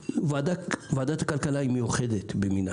ועדת הכלכלה היא מיוחדת במינה.